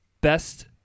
best